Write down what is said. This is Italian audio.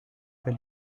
per